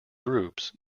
groups